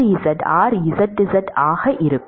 rz rzz ஆக இருக்கும்